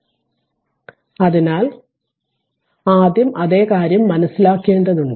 അതിനാൽ കണക്കുകൂട്ടലിന്റെ പിന്നീട് ആദ്യം അതേ കാര്യം മനസ്സിലാക്കേണ്ടതുണ്ട്